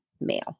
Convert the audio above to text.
male